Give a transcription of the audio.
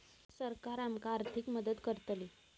सरकार आमका आर्थिक मदत करतली?